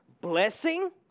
blessing